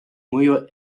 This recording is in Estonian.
mõju